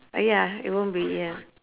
uh ya it won't be ya